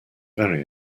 very